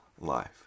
life